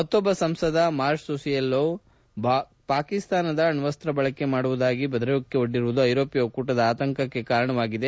ಮತ್ತೊಬ್ಬ ಸಂಸದ ಮಾರ್ಚ್ಸುಸಿಯೆಲ್ಲೋ ಪಾಕಿಸ್ತಾನದ ಅಣ್ವಸ್ತ್ರ ಬಳಕೆ ಮಾಡುವುದಾಗಿ ಬೆದರಿಕೆಯೊಡ್ಡಿರುವುದು ಇರೋಪ್ಯ ಒಕ್ಕೂಟದ ಆತಂಕಕ್ಕೆ ಕಾರಣವಾಗಿದೆ